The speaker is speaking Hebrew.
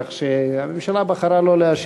כך שהממשלה בחרה לא להשיב.